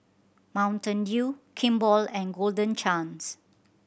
Mountain Dew Kimball and Golden Chance